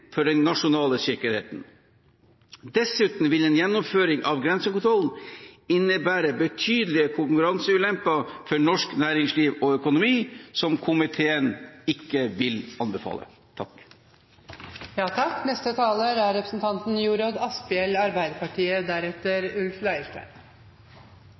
for den nasjonale sikkerheten. Dessuten vil en gjeninnføring av grensekontrollen innebære betydelige konkurranseulemper for norsk næringsliv og økonomi, som komiteen ikke vil anbefale.